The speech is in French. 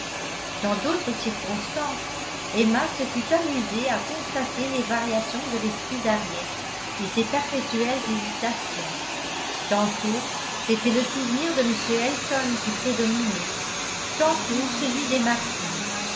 dans d'autres circonstances emma se fût amusée à constater les variations de l'esprit d'henriette et ses perpétuelles hésitations tantôt c'était le souvenir de m elton qui prédominait tantôt celui des martin